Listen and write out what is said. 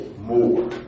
more